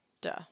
Duh